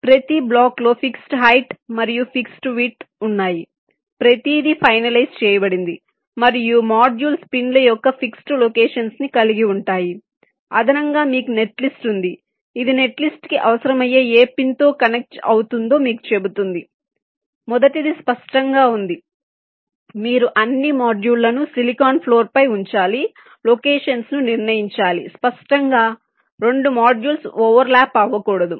ప్రతి బ్లాక్లో fixed height మరియు ఫిక్స్డ్ విడ్త్ ఉన్నాయి ప్రతిదీ ఫైనలైజ్ చేయబడింది మరియు మోడ్యూల్స్ పిన్ల యొక్క ఫిక్స్డ్ లొకేషన్స్ ని కలిగి ఉంటాయి అదనంగా మీకు నెట్ లిస్ట్ ఉంది ఇది నెట్ లిస్ట్ కి అవసరమయ్యే ఏ పిన్తో కనెక్ట్ అవుతుందో మీకు చెబుతుంది మొదటిది స్పష్టంగా ఉంది మీరు అన్ని మాడ్యూళ్ళను సిలికాన్ ఫ్లోర్ పై ఉంచాలి లొకేషన్స్ ను నిర్ణయించాలి స్పష్టంగా 2 మోడ్యూల్స్ ఓవెర్లాప్ అవ్వకూడదు